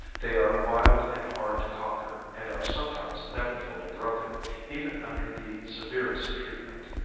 they are wild and hard to conquer and are sometimes never fully broken even under the severest treatment.